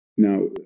Now